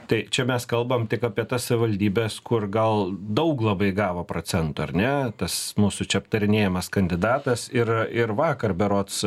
tai čia mes kalbam tik apie tas savivaldybes kur gal daug labai gavo procentų ar ne tas mūsų čia aptarinėjamas kandidatas yra ir vakar berods